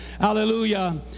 Hallelujah